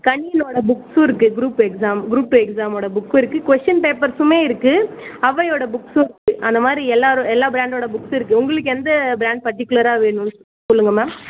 கனியனோட புக்ஸ்ஸும் இருக்குது group exam group எக்ஸாமோடய புக்கும் இருக்குது கொஷின் பேப்பர்ஸ்ஸுமே இருக்குது ஒளவையோட புக்ஸ்ஸும் இருக்குது அந்த மாதிரி எல்லாரு எல்லா ப்ராண்டோடய புக்ஸ்ஸும் இருக்குது உங்களுக்கு எந்த ப்ராண்ட் பர்ட்டிகுலராக வேணும்னு சொல் சொல்லுங்கள் மேம்